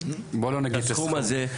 את הסכום הזה,